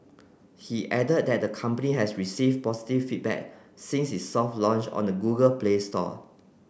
he added that the company has received positive feedback since its soft launch on the Google Play Store